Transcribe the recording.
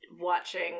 watching